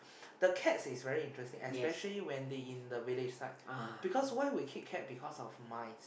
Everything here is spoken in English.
the cats is very interesting especially when they in the village side because why we keep cat because of mice